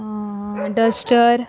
duster